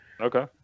Okay